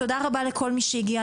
תודה רבה לכל מי שהגיע,